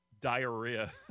diarrhea